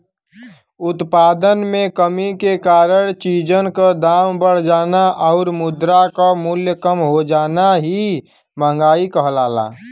उत्पादन में कमी के कारण चीजन क दाम बढ़ जाना आउर मुद्रा क मूल्य कम हो जाना ही मंहगाई कहलाला